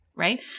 right